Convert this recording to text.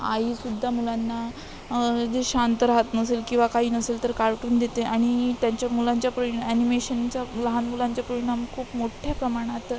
आईसुद्धा मुलांना जे शांत राहत नसेल किंवा काही नसेल तर कार्टून देते आणि त्यांच्या मुलांच्या परिणा ॲनिमेशनचा लहान मुलांच्या परिणाम खूप मोठ्या प्रमाणात